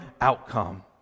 outcome